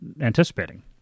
anticipating